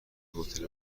هتل